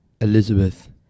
Elizabeth